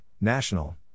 National